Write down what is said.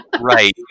Right